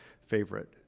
favorite